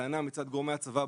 טענה מצד גורמי הצבא,